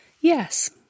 yes